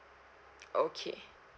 okay